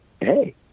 hey